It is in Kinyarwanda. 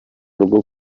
rwo